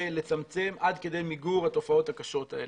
לצמצם עד כדי מיגור את התופעות הקשות האלה.